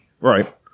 Right